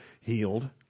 healed